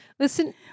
Listen